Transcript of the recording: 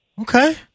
Okay